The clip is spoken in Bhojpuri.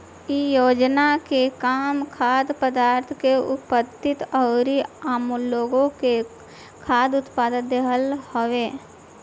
इ योजना के काम खाद्य पदार्थ के आपूर्ति अउरी आमलोग के खाद्य पदार्थ देहल हवे